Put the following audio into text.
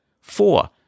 Four